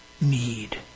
need